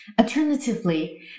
Alternatively